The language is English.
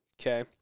Okay